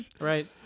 Right